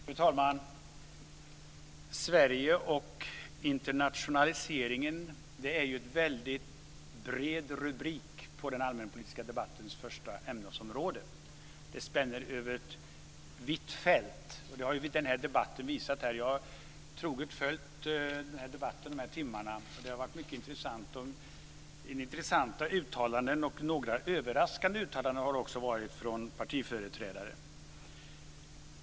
Fru talman! "Sverige och internationaliseringen" är en väldigt bred rubrik på den allmänpolitiska debattens första ämnesområde. Det spänner över ett vitt fält. Det har den här debatten visat. Jag har troget följt debatten de här timmarna, och det har varit mycket intressant. Det har gjorts intressanta uttalanden och också en del överraskande uttalanden från partiföreträdare.